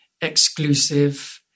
exclusive